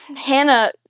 Hannah